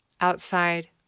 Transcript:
Outside